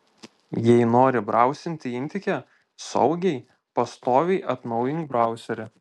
jei nori brausinti intike saugiai pastoviai atnaujink brauserį